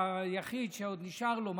היחיד שעוד נשאר לו,